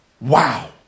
Wow